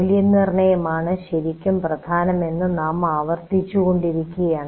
മൂല്യനിർണയം ആണ് ശരിക്കും പ്രധാനം എന്ന് നാം ആവർത്തിച്ചു കൊണ്ടിരിക്കുകയാണ്